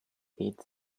feed